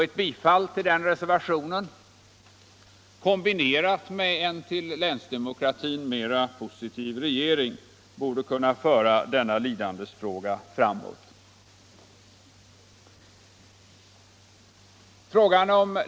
Ett bifall till den reservationen, kombinerat med en till länsdemokratin mera positiv regering, borde kunna föra denna lidandesfråga framåt.